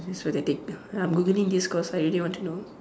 so that they I'm Googling this cause I really want to know